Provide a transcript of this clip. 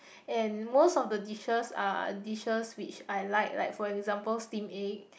and most of the dishes are dishes which I like like for example steamed egg